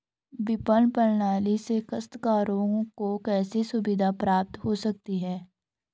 विपणन प्रणाली से काश्तकारों को कैसे सुविधा प्राप्त हो सकती है?